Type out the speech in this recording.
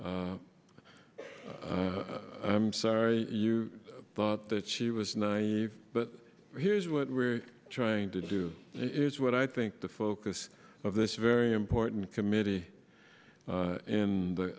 i'm sorry you thought that she was naive but here is what we're trying to do is what i think the focus of this very important committee in the